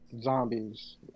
Zombies